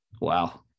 wow